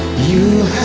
you.